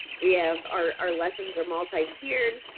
we have, our lessons are multi tiered.